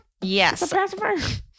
Yes